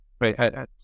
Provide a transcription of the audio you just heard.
right